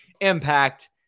Impact